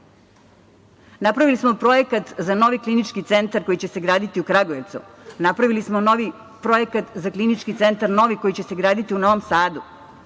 banju. Napravili smo projekat za novi klinički centar koji će se graditi u Kragujevcu, napravili smo novi projekat za klinički centar novi koji će se graditi u Novom Sadu.